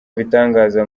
abitangaza